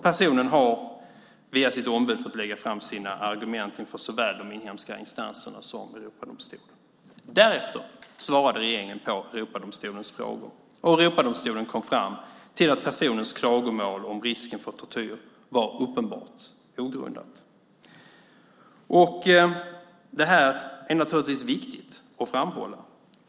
Personen har via sitt ombud fått lägga fram sina argument inför såväl de inhemska instanserna som Europadomstolen. Därefter svarade regeringen på Europadomstolens frågor, och Europadomstolen kom fram till att personens klagomål om risken för tortyr var uppenbart ogrundat. Det här är naturligtvis viktigt att framhålla.